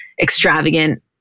extravagant